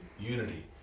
unity